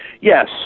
Yes